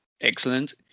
excellent